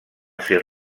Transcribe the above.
ser